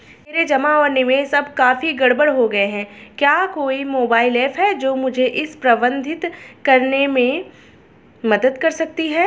मेरे जमा और निवेश अब काफी गड़बड़ हो गए हैं क्या कोई मोबाइल ऐप है जो मुझे इसे प्रबंधित करने में मदद कर सकती है?